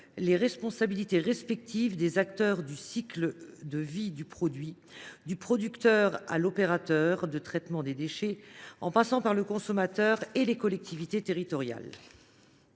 les responsabilités respectives des acteurs du cycle de vie du produit, du producteur à l’opérateur de traitement des déchets, en passant par le consommateur et les collectivités territoriales.